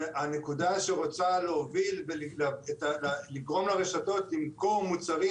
הנקודה שרוצה לגרום לרשתות למכור מוצרים